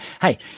Hey